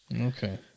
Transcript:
Okay